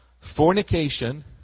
fornication